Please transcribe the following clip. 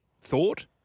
thought